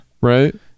Right